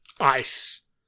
ice